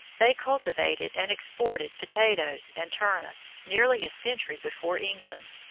they cultivated and exported potatoes and turnips nearly a century before england.